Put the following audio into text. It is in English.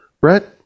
Brett